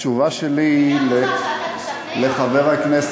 התשובה שלי, אני גם דוחה שאתה תשכנע אותי.